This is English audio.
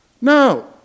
No